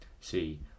see